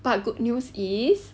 but good news is